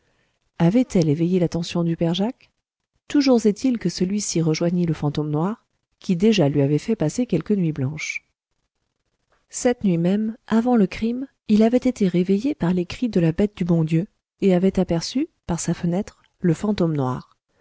avait-elle éveillé l'attention du père jacques toujours est-il que celui-ci rejoignit le fantôme noir qui déjà lui avait fait passer quelques nuits blanches cette nuit même avant le crime il avait été réveillé par les cris de la bête du bon dieu et avait aperçu par sa fenêtre le fantôme noir